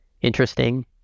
interesting